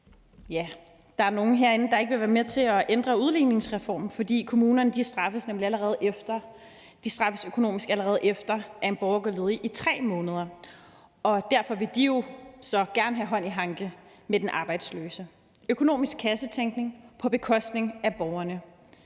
ja, der er nogle herinde, der ikke vil være med til at ændre udligningsreformen. For kommunerne straffes nemlig økonomisk, allerede efter at en borger har gået ledig i 3 måneder, og derfor vil de gerne have hånd i hanke med den arbejdsløse. Det er økonomisk kassetænkning på bekostning af borgerne,